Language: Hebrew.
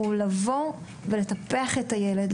הוא לבוא ולטפח את הילד,